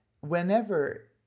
whenever